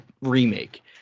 remake